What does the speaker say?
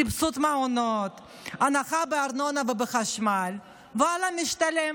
סבסוד מעונות, הנחה בארנונה ובחשמל, ואללה, משתלם.